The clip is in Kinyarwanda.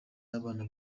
abana